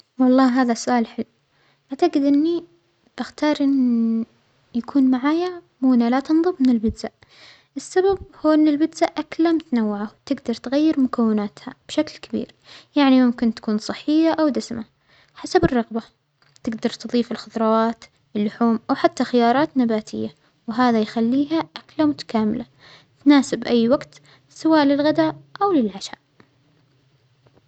والله هذا سؤال حلو، أعتجد إنى أختار أن يكون معايا مونة لا تنظب من البيتزا، السبب هو أن البيتزا أكلة متنوعة تجدر تغير مكوناتها بشكل كبير، يعنى ممكن تكون صحية أو دسمة حسب الرغبة، تجدر تظيف الخظراوات اللحوم أو حتى خيارات نباتية وهذا يخليها أكلة متكاملة تناسب أى وجت سواء للغذاء أو للعشاء.